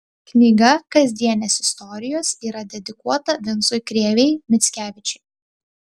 knyga kasdienės istorijos yra dedikuota vincui krėvei mickevičiui